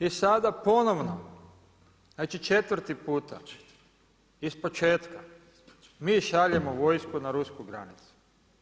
I sada ponovno, znači četvrti puta iz početka, mi šaljemo vojsku na rusku granicu.